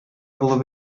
булып